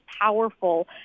powerful